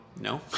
no